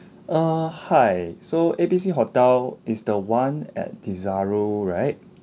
err hi so A B C hotel is the one at desaru right